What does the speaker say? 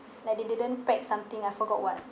like they didn't pack something I forgot what